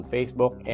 Facebook